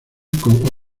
con